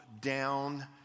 down